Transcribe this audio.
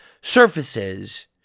surfaces